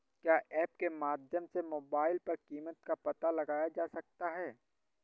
क्या ऐप के माध्यम से मोबाइल पर कीमत का पता लगाया जा सकता है?